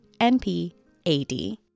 NPAD